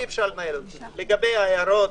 לגבי ההערות,